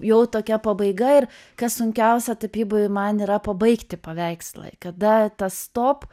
jau tokia pabaiga ir kas sunkiausia tapyboj man yra pabaigti paveikslą kada tas stop